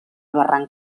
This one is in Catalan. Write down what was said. barranc